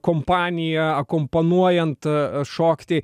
kompanija akomponuojant a šokti